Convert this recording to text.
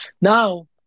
Now